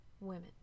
Women